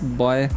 boy